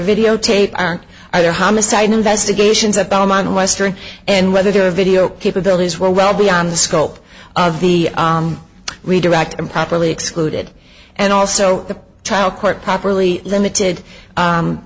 videotape either homicide investigations of belmont western and whether there were video capabilities were well beyond the scope of the redirect improperly excluded and also the trial court properly limited